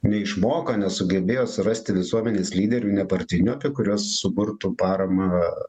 neišmoko nesugebėjo surasti visuomenės lyderių nepartinio kurios suburtų paramą